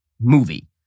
movie